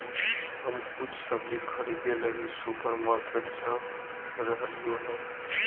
हम कुछ सब्जि खरीदे लगी सुपरमार्केट जा रहलियो हें